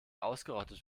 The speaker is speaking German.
ausgerottet